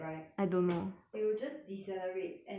it will just decelerate and then come to